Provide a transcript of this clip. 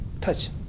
Touch